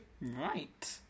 Right